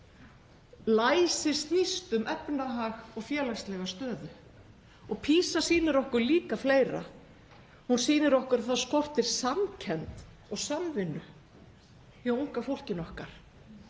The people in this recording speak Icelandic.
Læsi snýst um efnahag og félagslega stöðu. Og PISA sýnir okkur líka fleira; hún sýnir okkur að það skortir samkennd og samvinnu hjá unga fólkinu okkar.